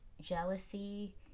jealousy